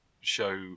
show